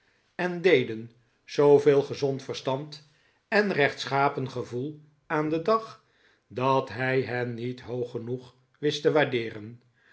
en deden zooveel gezond verstand en rechtschapen gevoel aan den dag dat hij hen niet hoog genoeg wist te waardeeren